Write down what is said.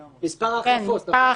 כן, מספר החלפות